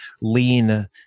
lean